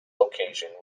location